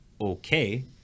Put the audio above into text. okay